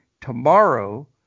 tomorrow